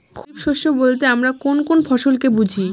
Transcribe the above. খরিফ শস্য বলতে আমরা কোন কোন ফসল কে বুঝি?